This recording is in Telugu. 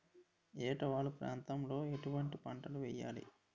ఏటా వాలు ప్రాంతం లో ఎటువంటి పంటలు వేయాలి?